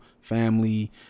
family